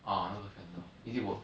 ah 那个 fan 的 is it worth